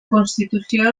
constitució